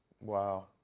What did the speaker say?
Wow